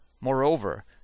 Moreover